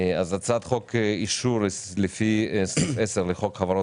הוא אישור לפי סעיף 10 לחוק החברות